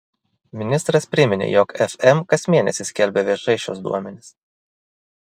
ministras priminė jog fm kas mėnesį skelbia viešai šiuos duomenis